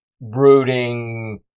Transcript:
brooding